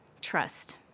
Trust